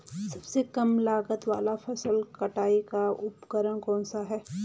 सबसे कम लागत वाला फसल कटाई का उपकरण कौन सा है?